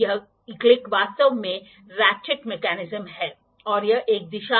vernier को हमेशा शून्य से उसी दिशा में पढ़ें जिस दिशा में आप डायल स्केल पढ़ते हैं